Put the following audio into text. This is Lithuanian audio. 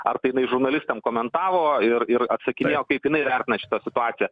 ar tai jinai žurnalistam komentavo ir ir atsakinėjo kaip jinai vertina šitą situaciją